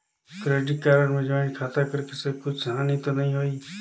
Credit card मे joint खाता कर से कुछ हानि तो नइ होही?